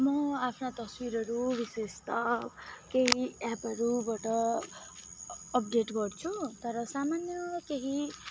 म आफ्ना तस्बिरहरू विशेष त केही एपहरूबाट अपडेट गर्छु तर सामान्य केही